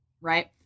right